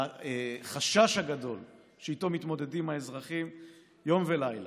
לחשש הגדול שאיתו מתמודדים האזרחים יום ולילה.